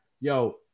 yo